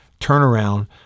turnaround